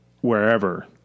wherever